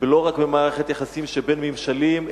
לא רק במערכת יחסים שבין ממשלים,